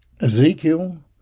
Ezekiel